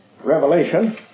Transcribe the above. Revelation